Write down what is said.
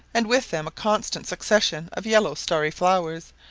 and with them a constant succession of yellow starry flowers,